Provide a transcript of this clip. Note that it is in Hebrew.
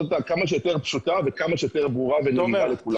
אותה כמה שיותר פשוטה וכמה שיותר ברורה ויעילה לכולם.